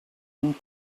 and